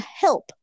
help